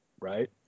Right